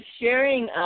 sharing